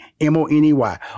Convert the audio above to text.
m-o-n-e-y